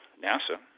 NASA